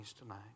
tonight